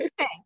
Okay